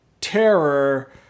terror